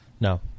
No